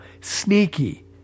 Sneaky